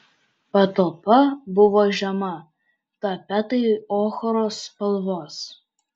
patalpa buvo žema tapetai ochros spalvos